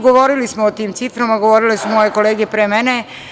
Govorili smo o tim ciframa, govorile su moje kolege pre mene.